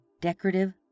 decorative